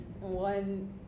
one